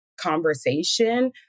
conversation